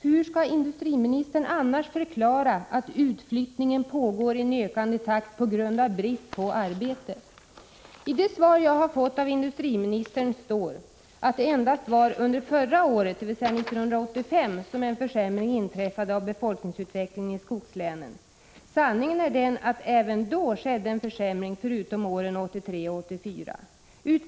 Hur skall industriministern 127 annars förklara att utflyttningen pågår i ökande takt på grund av brist på arbete? I det svar som jag har fått av industriministern står det att det var endast under förra året, dvs. 1985, som en försämring inträffade när det gäller befolkningsutvecklingen i skogslänen. Sanningen är den att det även då skedde en försämring, förutom under åren 1982, 1983 och 1984.